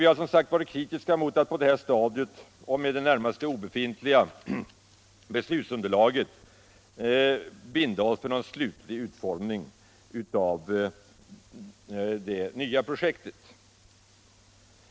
Vi har som sagt varit kritiska mot att på det här stadiet och med det närmast obefintliga beslutsunderlaget binda oss för någon slutgiltig utformning av det nya projektet.